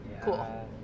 cool